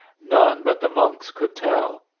none but the monks could tell.